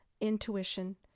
Intuition